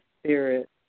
spirit